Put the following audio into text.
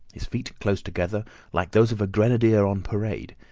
his feet close together like those of a grenadier on parade,